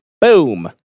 Boom